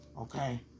Okay